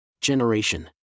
Generation